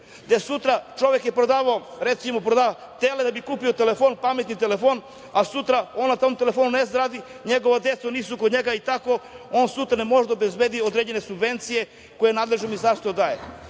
Sutra, čovek, recimo, proda tele da bi kupio telefon, pametni telefon, a sutra on na tom telefonu ne zna da radi, njegova deca nisu kod njega, i tako on sutra ne može da obezbedi određene subvencije koje nadležno ministarstvo